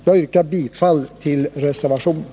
Jag yrkar bifall till reservationen.